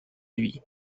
lui